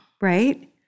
right